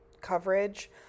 coverage